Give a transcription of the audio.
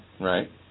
Right